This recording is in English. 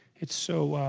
it's so